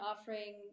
offering